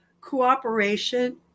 Cooperation